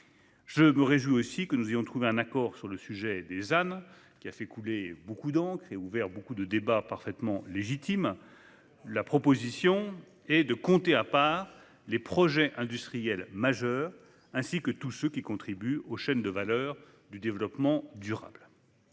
du « zéro artificialisation nette » (ZAN), ... Ça, on verra ...... qui a fait couler beaucoup d'encre et ouvert beaucoup de débats parfaitement légitimes. La proposition est de compter à part les projets industriels majeurs, ainsi que tous ceux qui contribuent aux chaînes de valeur du développement durable.